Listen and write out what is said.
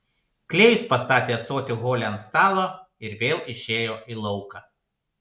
klėjus pastatė ąsotį hole ant stalo ir vėl išėjo į lauką